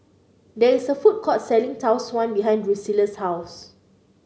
there is a food court selling Tau Suan behind Drusilla's house